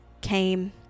came